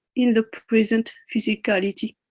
in the present physicality.